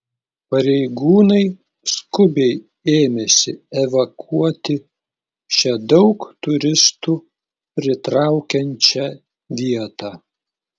pareigūnai skubiai ėmėsi evakuoti šią daug turistų pritraukiančią vietą